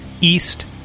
east